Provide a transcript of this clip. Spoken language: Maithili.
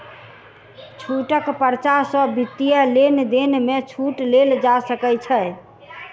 छूटक पर्चा सॅ वित्तीय लेन देन में छूट लेल जा सकै छै